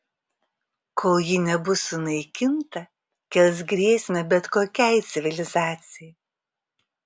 kol ji nebus sunaikinta kels grėsmę bet kokiai civilizacijai